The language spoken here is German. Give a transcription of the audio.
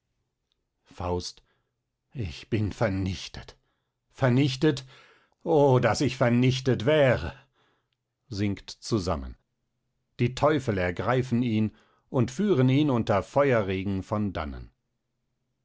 faust ich bin vernichtet vernichtet o daß ich vernichtet wäre sinkt zusammen die teufel ergreifen ihn und führen ihn unter feuerregen von dannen